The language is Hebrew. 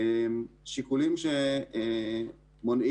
שיקולים נגד